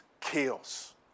chaos